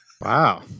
Wow